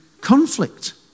conflict